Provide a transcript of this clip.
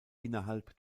innerhalb